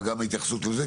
אבל גם ההתייחסות לזה,